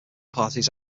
parties